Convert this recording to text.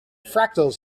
fractals